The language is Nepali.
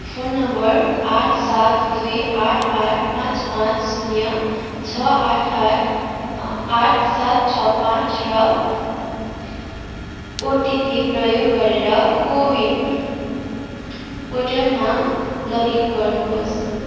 फोन नम्बर आठ सात दुई आठ आठ पाँच पाँच शून्य छ आठ आठ आठ सात छ पाँच र ओटिपी प्रयोग गरेर को विन पोर्टलमा लगइन गर्नुहोस्